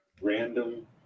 Random